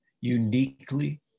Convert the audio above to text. uniquely